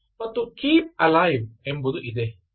ಮತ್ತು keep alive ಎಂಬುದು ಇದೆ